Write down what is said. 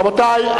רבותי,